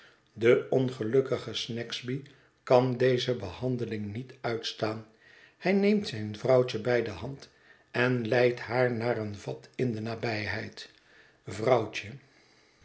de ongelukkige snagsby kan deze behandeling niet uitstaan hij neemt zijn vrouwtje bij de hand en leidt haar naar een vat in de nabijheid vrouwtje